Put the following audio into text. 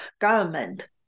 government